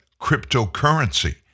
cryptocurrency